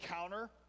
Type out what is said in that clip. counter